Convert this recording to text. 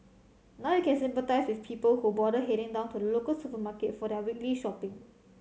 now you can sympathise with people who bother heading down to the local supermarket for their weekly shopping